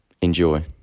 Enjoy